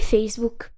Facebook